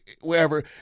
wherever